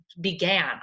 began